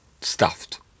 stuffed